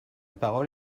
parole